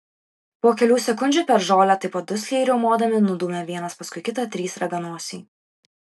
po kelių sekundžių per žolę taip pat dusliai riaumodami nudūmė vienas paskui kitą trys raganosiai